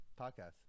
podcast